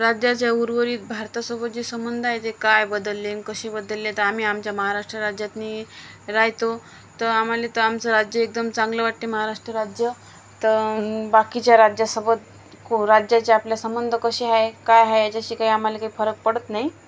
राज्याच्या उर्वरित भारतासोबत जे संबंध आहे ते काय बदलले कसे बदलले तर आम्ही आमच्या महाराष्ट्र राज्यातून राहातो तर आम्हाला तर आमचं राज्य एकदम चांगलं वाटते महाराष्ट्र राज्य तर बाकीच्या राज्यासोबत को राज्याचे आपल्या संबंध कसे आहे काय आहे याच्याशी काही आम्हाला काही फरक पडत नाही